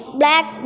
black